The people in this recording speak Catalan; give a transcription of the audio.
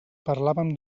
parlàvem